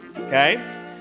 okay